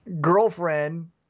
girlfriend